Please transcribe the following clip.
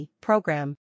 program